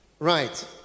right